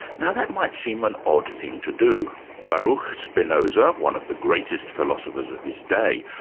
now that might seem an odd thing to do. baruch spinoza, one of the greatest philosophers of his day,